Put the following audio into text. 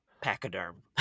pachyderm